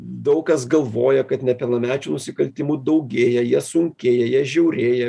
daug kas galvoja kad nepilnamečių nusikaltimų daugėja jie žiaurėja